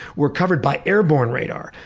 were covered by airborne radar.